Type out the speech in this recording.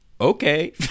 okay